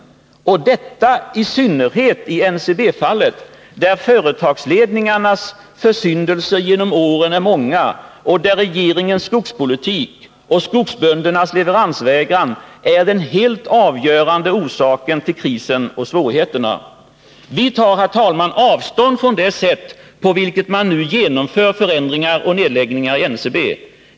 Detta gäller i synnerhet i NCB-fallet, där företagsledningarnas försyndelser genom åren är många, och där regeringens skogspolitik och skogsböndernas leveransvägran är de helt avgörande orsakerna till krisen och svårigheterna. Herr talman! Vi tar avstånd från det sätt på vilket man nu genomför förändringar och nedläggningar i NCB.